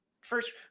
first